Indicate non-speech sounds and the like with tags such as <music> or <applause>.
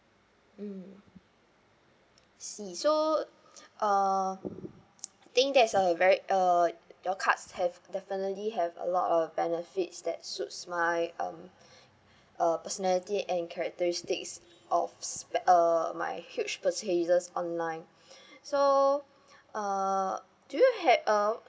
mm I see so uh <noise> I think that's a very uh your cards have definitely have a lot of uh benefits that suits my um uh personality and characteristic of spec uh my huge purchases online so uh do you had uh